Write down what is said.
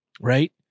Right